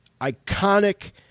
iconic